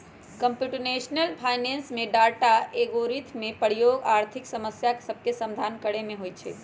computational finance में data, algorithm के प्रयोग आर्थिक समस्या सभके समाधान करे में होइ छै